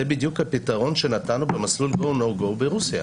זה בדיוק הפתרון שנתנו במסלול go no go ברוסיה.